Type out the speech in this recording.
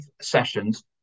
sessions